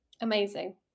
Amazing